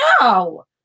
no